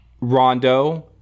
Rondo